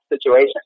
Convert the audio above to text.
situation